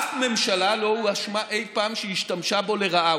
אף ממשלה לא הואשמה אי פעם שהיא השתמשה בו לרעה.